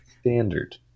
Standard